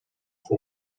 for